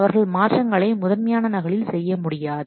அவர்கள் மாற்றங்களை முதன்மையான நகலில் செய்ய முடியாது